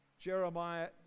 Jeremiah